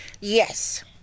yes